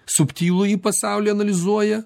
subtilųjį pasaulį analizuoja